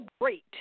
Great